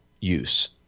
use